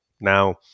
now